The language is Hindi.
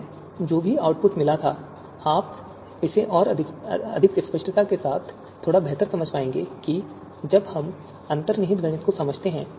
हमें जो भी आउटपुट मिला था आप इसे और अधिक स्पष्टता के साथ थोड़ा बेहतर समझ पाएंगे कि अब हम अंतर्निहित गणित को समझते हैं